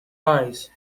eyes